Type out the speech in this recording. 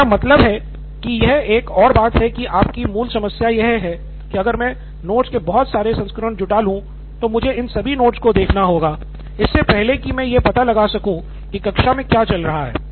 मेरा मतलब है कि यह एक और बात है कि आपकी मूल समस्या यह है कि अगर मैं नोट्स के बहुत सारे संस्करण जुटा लूँ तो मुझे इन सभी नोट्स को देखना होगा इससे पहले कि मैं यह पता लगा सकूं कि कक्षा में क्या चल रहा है